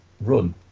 run